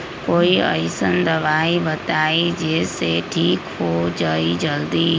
कोई अईसन दवाई बताई जे से ठीक हो जई जल्दी?